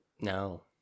No